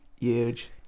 Huge